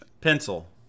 Pencil